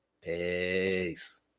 Peace